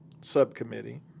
subcommittee